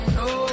no